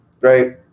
right